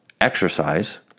exercise